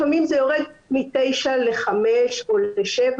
לפעמים זה יורד מ-9 ל-5 או ל-7,